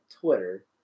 Twitter